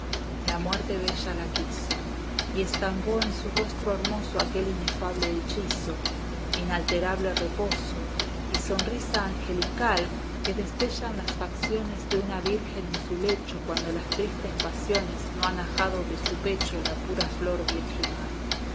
la muerte bella la quiso y estampó en su rostro hermoso aquel inefable hechizo inalterable reposo y sonrisa angelical que destellan las facciones de una virgen en su lecho cuando las tristes pasiones no han ajado de su pecho la pura flor virginal